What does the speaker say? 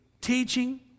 Teaching